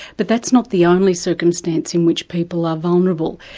but that's not the only circumstance in which people are vulnerable.